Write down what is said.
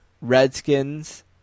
Redskins